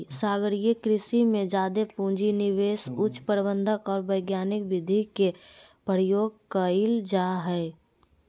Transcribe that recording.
सागरीय कृषि में जादे पूँजी, निवेश, उच्च प्रबंधन और वैज्ञानिक विधि के प्रयोग कइल जा हइ